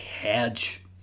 Hedge